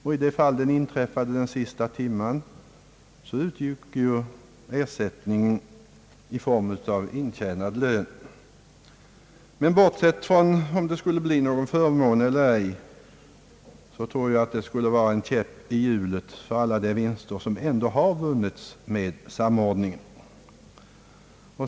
I de fall en skada inträffat under sista timmen, hade ersättning redan utgått i form av intjänad lön. Bortsett från om förslaget skulle medföra en fördel eller ej, tror jag att det skulle vara en käpp i hjulet för alla de vinster som har vunnits med samordningen.